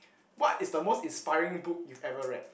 what is the most inspiring book you've ever read